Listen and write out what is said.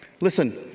Listen